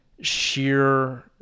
sheer